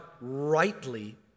rightly